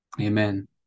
Amen